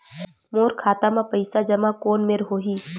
मोर खाता मा पईसा जमा कोन मेर होही?